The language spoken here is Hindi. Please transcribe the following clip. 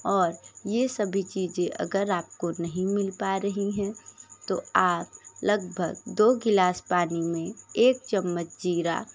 और ये सभी चीजें अगर आपको नहीं मिल पा रहीं हैं तो आप लगभग दो गिलास पानी में एक चमंच जीरा